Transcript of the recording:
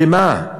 במה?